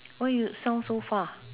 why you sound so far